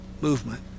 movement